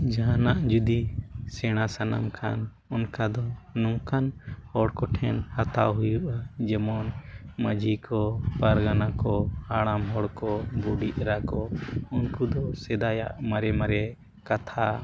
ᱡᱟᱦᱟᱱᱟᱜ ᱡᱩᱫᱤ ᱥᱮᱲᱟ ᱥᱟᱱᱟᱢ ᱠᱷᱟᱱ ᱚᱱᱠᱟ ᱫᱚ ᱱᱚᱝᱠᱟ ᱦᱚᱲ ᱠᱚᱴᱷᱮᱱ ᱦᱟᱛᱟᱣ ᱦᱩᱭᱩᱜᱼᱟ ᱡᱮᱢᱚᱱ ᱢᱟᱺᱡᱷᱤ ᱠᱚ ᱯᱟᱨᱜᱟᱱᱟ ᱠᱚ ᱦᱟᱲᱟᱢ ᱦᱚᱲ ᱠᱚ ᱵᱩᱰᱦᱤ ᱮᱨᱟ ᱠᱚ ᱩᱱᱠᱩᱫᱚ ᱥᱮᱫᱟᱭᱟᱜ ᱢᱟᱨᱮ ᱢᱟᱨᱮ ᱠᱟᱛᱷᱟ